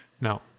no